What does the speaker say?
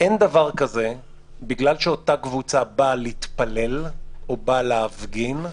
דבר כזה שבגלל שאותה קבוצה באה להתפלל או באה להפגין,